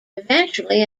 eventually